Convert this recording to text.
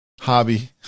hobby